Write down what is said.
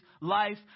life